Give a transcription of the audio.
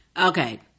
Okay